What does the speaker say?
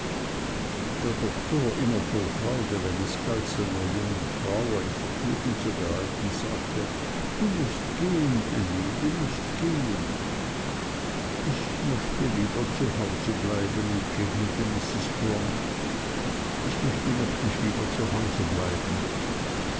der doktor immer voll freude wenn es galt seiner jungen frau ein vergnügen zu bereiten sagte du mußt gehen ännie du mußt gehen ich möchte lieber zu hause bleiben entgegnete mrs strong ich möchte wirklich lieber zu hause bleiben